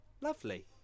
Lovely